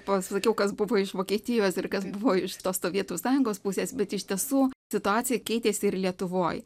pasakiau kas buvo iš vokietijos ir kas buvo iš tos sovietų sąjungos pusės bet iš tiesų situacija keitėsi ir lietuvoj